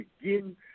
begin